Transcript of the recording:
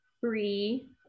Bree